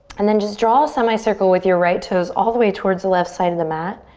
and then just draw a semicircle with your right toes all the way towards the left side of the mat.